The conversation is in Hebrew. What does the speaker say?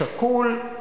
שקול,